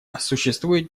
существует